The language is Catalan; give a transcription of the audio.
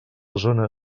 zona